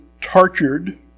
tortured